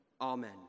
Amen